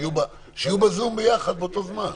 שיהיו בזום ביחד באותו זמן.